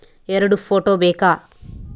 ಎರಡು ಫೋಟೋ ಬೇಕಾ?